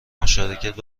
مشارکت